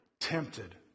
tempted